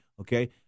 okay